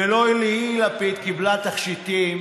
ולא ליהיא לפיד קיבלה תכשיטים